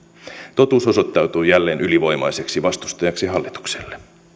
totuus osoittautui jälleen ylivoimaiseksi vastustajaksi hallitukselle